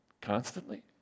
constantly